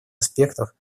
аспектах